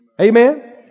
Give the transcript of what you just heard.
Amen